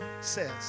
says